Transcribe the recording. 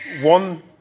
one